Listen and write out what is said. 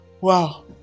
Wow